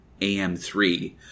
AM3